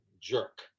jerk